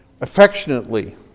affectionately